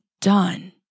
done